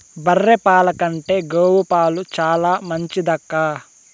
బర్రె పాల కంటే గోవు పాలు చాలా మంచిదక్కా